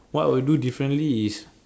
what I would do differently is